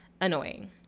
annoying